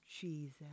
Jesus